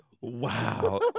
wow